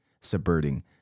subverting